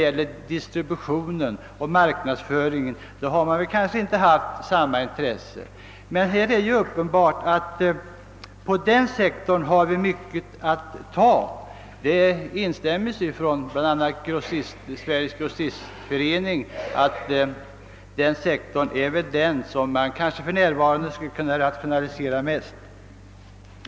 För distributionsoch marknadsföringssidan har man dock kanske inte visat samma intresse. Det är emellertid uppenbart att det inom denna sektor står mycket att vinna. Det bekräftas också från Sveriges grossistförbund att detta är den sektor där man för närvarande skulle kunna göra de kanske största rationaliseringarna.